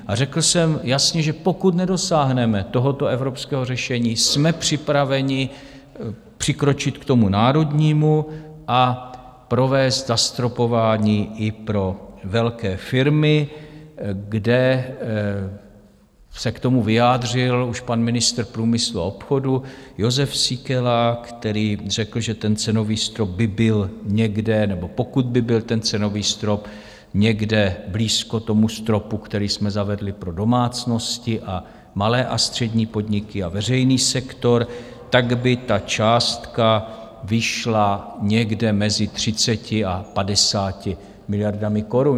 A řekl jsem jasně, že pokud nedosáhneme tohoto evropského řešení, jsme připraveni přikročit k tomu národnímu a provést zastropování i pro velké firmy, kde se k tomu vyjádřil už pan ministr průmyslu a obchodu Jozef Síkela, který řekl, že ten cenový strop by byl někde, nebo pokud by byl ten cenový strop někde blízko tomu stropu, který jsme zavedli pro domácnosti a malé a střední podniky a veřejný sektor, tak by ta částka vyšla někde mezi 30 a 50 miliardami korun.